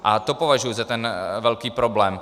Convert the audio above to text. A to považuji za ten velký problém.